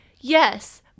yes